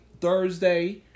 Thursday